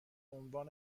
عنوان